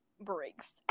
breaks